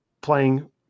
playing